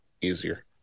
easier